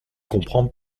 comprends